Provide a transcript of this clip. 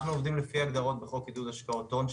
אנחנו עובדים לפי ההגדרות בחוק עידוד השקעות הון,